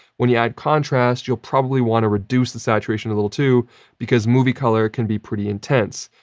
when you add contrast, you'll probably want to reduce the saturation a little too because movie color can be pretty intense,